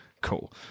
Cool